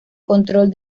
control